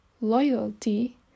loyalty